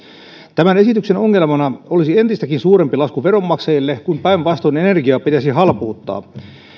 tämän esityksen ongelmana olisi entistäkin suurempi lasku veronmaksajille kun päinvastoin energiaa pitäisi halpuuttaa